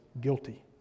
guilty